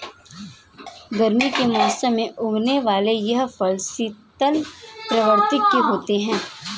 गर्मी के मौसम में उगने वाले यह फल शीतल प्रवृत्ति के होते हैं